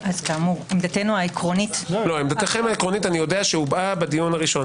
עמדתנו העקרונית- -- היא הובעה בדיון הראשון.